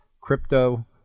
crypto